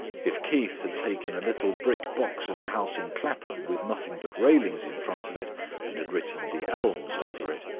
if keith had taken a little brick box of a house in clapham with nothing but railings in front of it and had written the elms over it,